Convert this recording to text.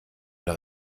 noch